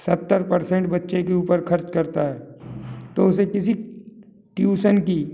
सत्तर परसेंट बच्चे के ऊपर खर्च करता है तो उसे किसी ट्यूसन की